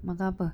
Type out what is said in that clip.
makan apa